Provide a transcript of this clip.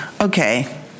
Okay